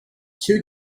two